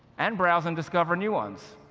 and browse and discover new ones.